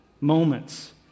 moments